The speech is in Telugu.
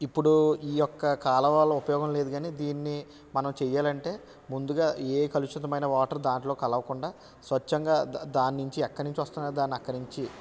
ఇప్పుడు ఈ యొక్క కాలువలు ఉపయోగం లేదు కానీ దీని మనం చేయాలంటే ముందుగా ఏ కలుషితమైన వాటర్ దానిలో కలవకుండా స్వచ్ఛంగా దాన్ని నుంచి ఎక్కడి నుంచి వస్తున్నాయో దాన్ని అక్కడ నుంచి